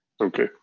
Okay